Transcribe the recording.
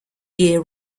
year